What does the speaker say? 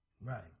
Right